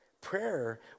prayer